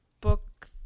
book